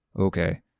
Okay